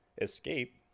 escape